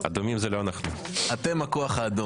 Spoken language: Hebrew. טוב, לעניינינו, יש לכם את זה?